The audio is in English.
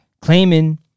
claiming